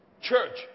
Church